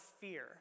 fear